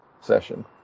session